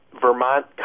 Vermont